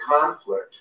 conflict